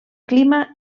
clima